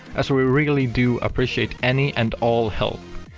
as we really do appreciate any and all help.